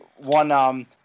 one